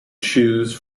choose